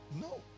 No